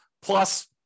Plus